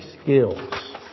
skills